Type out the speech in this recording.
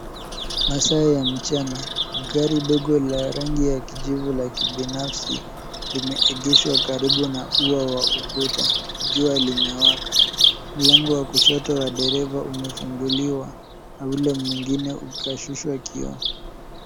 Masaa ya mchana. Gari dogo la rangi ya kijivu la kibinafsi limegeeshwa karibu na ua wa ukuta. Jua limewaka. Mlango wa kushoto wa dereva umefunguliwa na ule mwingine ukashushwa kioo.